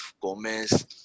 gomez